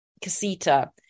Casita